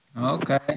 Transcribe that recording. Okay